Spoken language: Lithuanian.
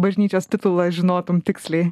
bažnyčios titulą žinotum tiksliai